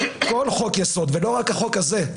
כל חוק-יסוד, ולא רק החוק הזה.